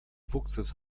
fuchses